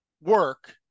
work